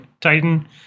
Titan